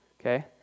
okay